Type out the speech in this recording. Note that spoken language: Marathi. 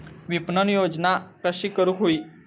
विपणन योजना कशी करुक होई?